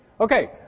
Okay